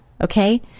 okay